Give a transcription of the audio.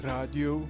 Radio